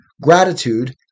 gratitude